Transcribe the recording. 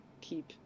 keep